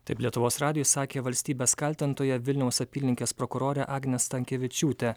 taip lietuvos radijui sakė valstybės kaltintoja vilniaus apylinkės prokurorė agnė stankevičiūtė